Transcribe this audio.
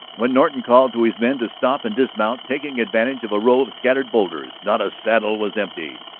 when norton called to his men to stop and dismount, taking advantage of a row of scattered boulders, not a saddle was empty.